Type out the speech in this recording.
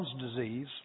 disease